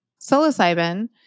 psilocybin